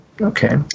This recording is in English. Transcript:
Okay